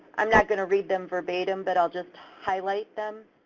i'm not gonna read them verbatim, but i'll just highlight them.